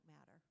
matter